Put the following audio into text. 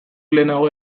lehenago